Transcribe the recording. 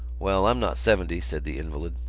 well, i'm not seventy, said the invalid.